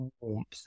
warmth